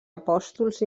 apòstols